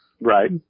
Right